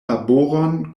laboron